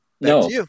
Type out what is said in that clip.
No